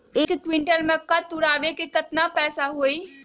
एक क्विंटल मक्का तुरावे के केतना पैसा होई?